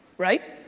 right?